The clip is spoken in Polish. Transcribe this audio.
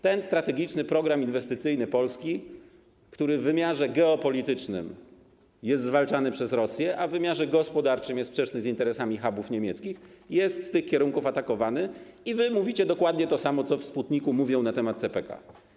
Ten strategiczny program inwestycyjny Polski, który w wymiarze geopolitycznym jest zwalczany przez Rosję, a w wymiarze gospodarczym jest sprzeczny z interesami hubów niemieckich, jest z tych kierunków atakowany, a wy mówicie dokładnie to samo, co w ˝Sputniku˝ mówią na temat CPK.